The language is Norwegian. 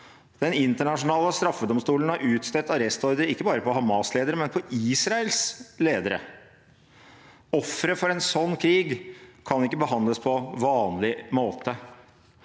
Den internasjonale straffedomstolen har utstedt arrestordre ikke bare på Hamasledere, men på Israels ledere. Ofre for en sånn krig kan ikke behandles på vanlig måte.